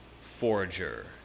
forger